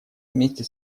вместе